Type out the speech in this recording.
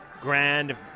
Grand